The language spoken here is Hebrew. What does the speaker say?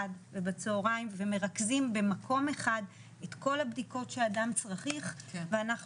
ובצהריים ומרכזים במקום אחד את כל הבדיקות שאדם צריך ואנחנו